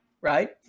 right